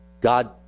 God